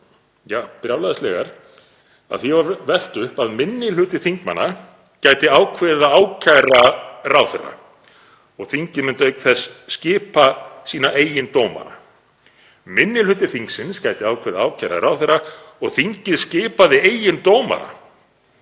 svo brjálæðislegar að því var velt upp að minni hluti þingmanna gæti ákveðið að ákæra ráðherra og þingið myndi auk þess skipa sína eigin dómara. Minni hluti þingsins gæti ákveðið að ákæra ráðherra og þingið skipaði eigin dómara